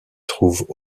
trouvent